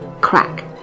crack